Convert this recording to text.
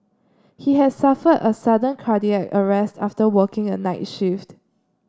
he has suffered a sudden cardiac arrest after working a night shift